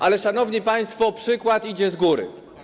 Ale, szanowni państwo, przykład idzie z góry.